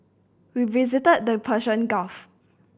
we visited the Persian Gulf